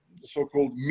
so-called